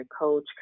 coach